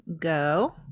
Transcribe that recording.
go